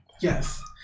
yes